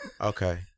okay